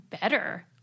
better